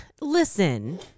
Listen